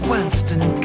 Winston